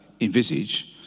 envisage